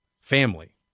family